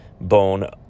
bone